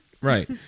Right